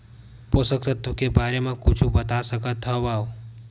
पोषक तत्व के बारे मा कुछु बता सकत हवय?